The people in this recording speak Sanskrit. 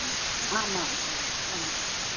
आमाम् आमाम्